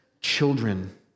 children